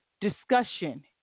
discussion